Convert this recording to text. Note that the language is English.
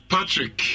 Patrick